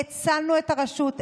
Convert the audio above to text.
הצלנו את הרשות,